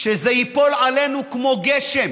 זה ייפול עלינו כמו גשם: